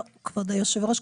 לא, כבוד היושב ראש.